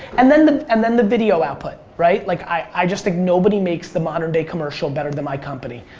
and then the and then the video output. right? like i just think nobody makes the modern day commercial better than my company.